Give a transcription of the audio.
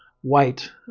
white